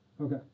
Okay